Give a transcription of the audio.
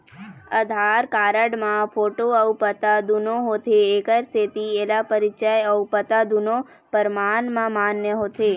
आधार card म photo अउ पता दुनो होथे एखर सेती एला परिचय अउ पता दुनो परमान म मान्य होथे